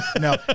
No